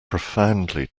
profoundly